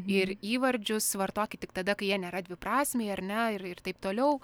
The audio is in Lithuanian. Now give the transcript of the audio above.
ir įvardžius vartotik tik tada kai jie nėra dviprasmiai ar ne ir ir taip toliau